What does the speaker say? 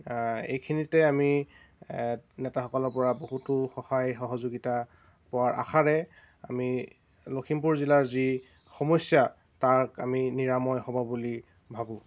এইখিনিতে আমি নেতাসকলৰ পৰা বহুতো সহায় সহযোগিতা পোৱাৰ আশাৰে আমি লখিমপুৰ জিলাৰ যি সমস্য়া তাক আমি নিৰাময় হ'ব বুলি ভাবোঁ